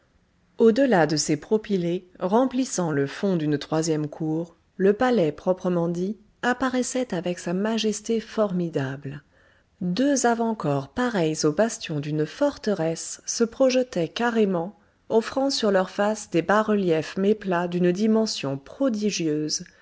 au-delà de ces propylées remplissant le fond d'une troisième cour le palais proprement dit apparaissait avec sa majesté formidable deux avant corps pareils aux bastions d'une forteresse se projetaient carrément offrant sur leurs faces des bas-reliefs méplats d'une dimension prodigieuse